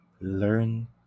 Learn